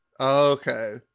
Okay